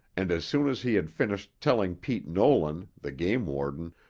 and as soon as he had finished telling pete nolan, the game warden,